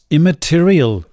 Immaterial